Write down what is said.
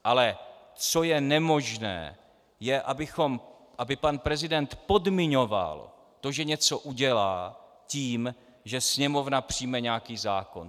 Ale co je nemožné, je, aby pan prezident podmiňoval to, že něco udělá, tím, že Sněmovna přijme nějaký zákon.